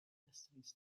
destinies